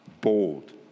Bold